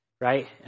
right